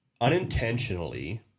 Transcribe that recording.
unintentionally